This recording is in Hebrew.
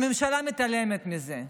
הממשלה מתעלמת מזה.